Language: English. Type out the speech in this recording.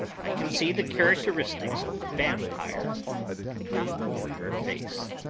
i can see the characteristics of the vampire coming in her face.